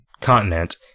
continent